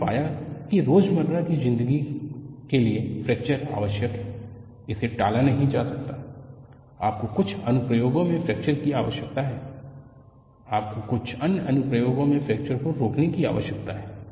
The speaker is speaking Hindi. हमने पाया कि रोज़मर्रा की ज़िंदगी लिए फ्रैक्चर आवश्यक है इसे टाला नहीं जा सकता आपको कुछ अनुप्रयोगों में फ्रैक्चर की आवश्यकता है आपको कुछ अन्य अनुप्रयोगों में फ्रैक्चर को रोकने की आवश्यकता है